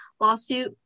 lawsuit